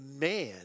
man